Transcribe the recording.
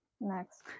next